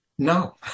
No